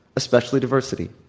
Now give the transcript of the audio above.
especially diversity.